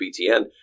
BTN